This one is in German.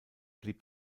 blieb